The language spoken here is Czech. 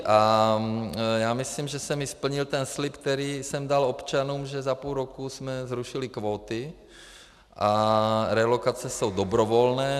A já myslím, jsem splnil i ten slib, který jsem dal občanům, že za půl roku jsme zrušili kvóty a relokace jsou dobrovolné.